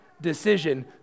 decision